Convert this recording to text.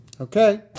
Okay